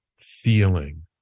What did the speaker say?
feeling